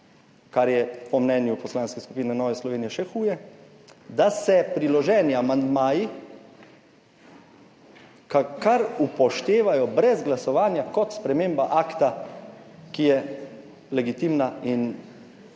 kar je po mnenju Poslanske skupine Nove Slovenije še huje, da se priloženi amandmaji kar upoštevajo brez glasovanja kot sprememba akta, ki je legitimna in stoji,